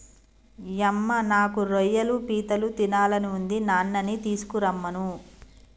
యమ్మ నాకు రొయ్యలు పీతలు తినాలని ఉంది నాన్ననీ తీసుకురమ్మను